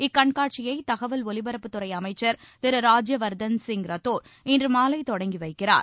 இக்கண்காட்சியை தகவல் ஒலிபரப்புத் துறை அமைச்சா் திரு ராஜ்யவா்தன்சிங் ரத்தோா் இன்றுமாலை தொடங்கி வைக்கிறார்